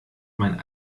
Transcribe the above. mein